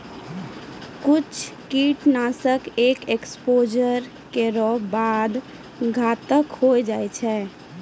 कुछ कीट नाशक एक एक्सपोज़र केरो बाद घातक होय जाय छै